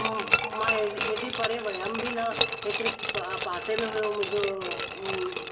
मां इहे हेॾी परते वियमि बि न हेतरे पासे में हुओ मुंहिंजो